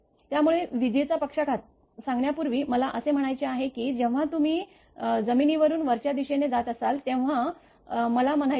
त्यामुळे विजेचा पक्षाघात सांगण्यापूर्वी मला असे म्हणायचे आहे की जेव्हा तुम्ही जमिनीवरून वरच्या दिशेने जात असता तेव्हा मला म्हणायचे आहे